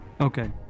Okay